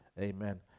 amen